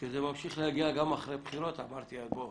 כשזה ממשיך להגיע גם אחרי בחירות, אמרתי, בוא